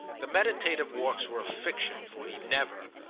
the meditative walks were a fiction, for he never,